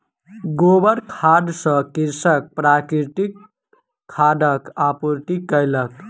गोबर खाद सॅ कृषक प्राकृतिक खादक आपूर्ति कयलक